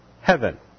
heaven